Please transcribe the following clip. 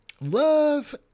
love